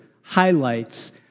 highlights